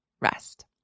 rest